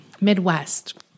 Midwest